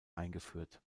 eingeführt